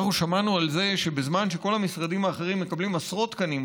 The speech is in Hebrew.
אנחנו שמענו על זה שבזמן שכל המשרדים האחרים מקבלים עשרות תקנים,